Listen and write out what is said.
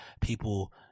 people